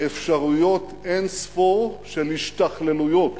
אפשרויות אין-ספור של השתכללויות.